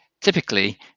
Typically